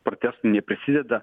protestų neprisideda